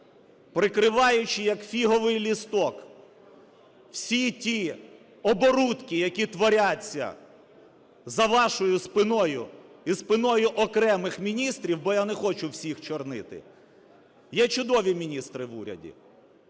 прикриваючи, як фіговий листок, всі ті оборудки, які творяться за вашою спиною і спиною окремих міністрів, бо я не хочу всіх чорнити, є чудові міністри в уряді.